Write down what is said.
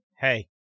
hey